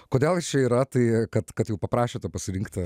kodėl jis čia yra tai kad kad jau paprašėte pasirinkti